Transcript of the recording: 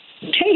take